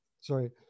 Sorry